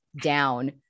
down